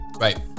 Right